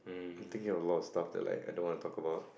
I'm thinking of a lot of stuff that like I don't want to talk about